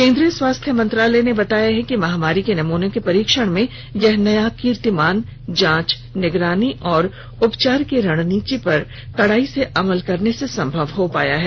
केन्द्रीय स्वास्थ्य मंत्रालय ने बताया है कि महामारी के नमूनों के परीक्षण में यह नया कीर्तिमान जांच निगरानी और उपचार की रणनीति पर कडाई से अमल करने से संभव हो पाया है